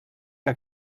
què